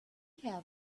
have